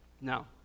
Now